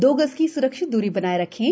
दो गज की सुरक्षित दूरी बनाये रखें